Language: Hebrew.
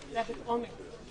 לפי סעיף 84ד לתקנון.